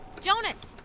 jonas!